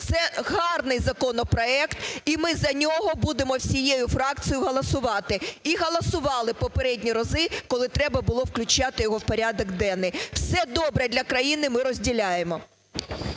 Це гарний законопроект, і ми за нього будемо всією фракцією голосувати. І голосували попередні рази, коли треба було включати його в порядок денний. Все добре для країни ми розділяємо.